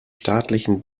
staatlichen